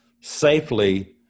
safely